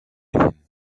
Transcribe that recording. wiem